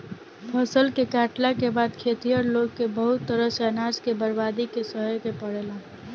फसल के काटला के बाद खेतिहर लोग के बहुत तरह से अनाज के बर्बादी के सहे के पड़ेला